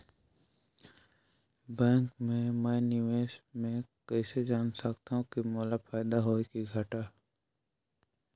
Bank मे मैं निवेश मे कइसे जान सकथव कि मोला फायदा होही कि घाटा?